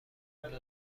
جهانی